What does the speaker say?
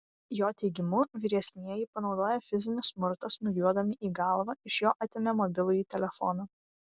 jo teigimu vyresnieji panaudoję fizinį smurtą smūgiuodami į galvą iš jo atėmė mobilųjį telefoną